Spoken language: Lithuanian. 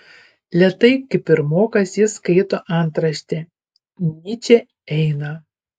lėtai kaip pirmokas jis skaito antraštę nyčė eina